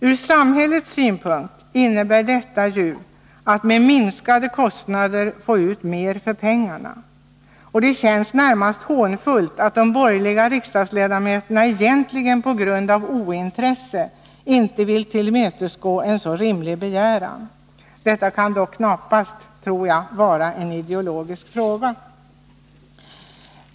Ur samhällets synpunkt innebär ju detta att med minskade kostnader få ut mer för pengarna. Det känns därför närmast hånfullt att de borgerliga riksdagsledamöterna, egentligen på grund av ointresse, inte vill tillmötesgå en så rimlig begäran. Det kan väl knappast vara en ideologisk fråga.